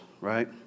right